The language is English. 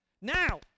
Now